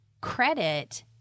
credit